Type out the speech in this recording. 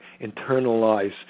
internalize